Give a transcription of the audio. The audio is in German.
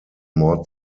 mord